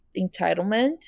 entitlement